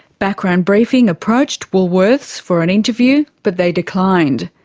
background briefing approached woolworths for an interview, but they declined.